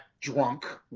drunk